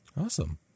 Awesome